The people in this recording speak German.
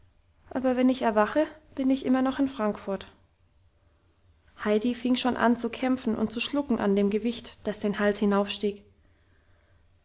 aber wenn ich erwache bin ich immer noch in frankfurt heidi fing schon an zu kämpfen und zu schlucken an dem gewicht das den hals